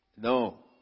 No